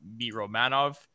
Miromanov